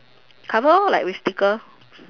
cover lor like with sticker